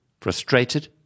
frustrated